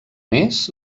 més